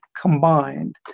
combined